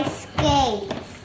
skates